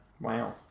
wow